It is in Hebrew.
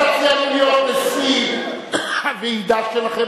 אם תציע לי להיות נשיא הוועידה שלכם,